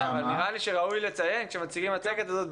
נראה לי שראוי לציין כשמציגים מצגת כזאת,